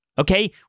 Okay